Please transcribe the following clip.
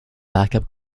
backup